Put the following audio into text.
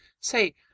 Say